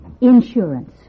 Insurance